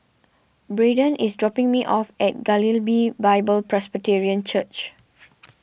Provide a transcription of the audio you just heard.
Braedon is dropping me off at Galilee Bible Presbyterian Church